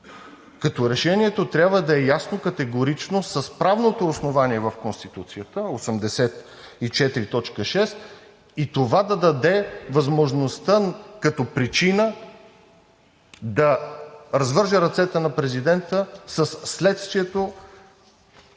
същата. Решението трябва да е ясно, категорично с правното основание в Конституцията – чл. 84, т. 6 и това да даде възможността, като причина да развърже ръцете на президента със следствието